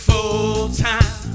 Full-time